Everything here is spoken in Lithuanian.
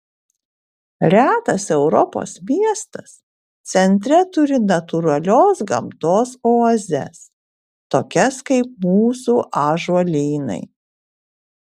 retas europos miestas centre turi natūralios gamtos oazes tokias kaip mūsų ąžuolynai